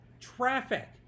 traffic